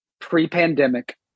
pre-pandemic